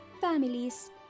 families